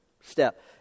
step